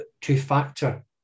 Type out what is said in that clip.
two-factor